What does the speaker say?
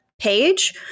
page